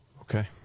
Okay